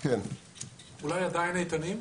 אולי עדיין איתנים?